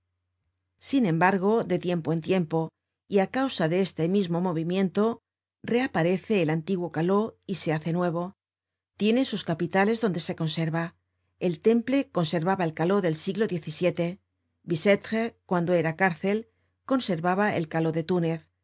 sin embargo de tiempo en tiempo y á causa de este mismo movimiento reaparece el antiguo caló y se hace nuevo tiene sus capitales donde se conserva el temple conservaba el caló del siglo xvii bicetre cuando era cárcel conservaba el caló de túnez